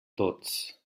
tots